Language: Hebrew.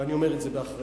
ואני אומר את זה באחריות.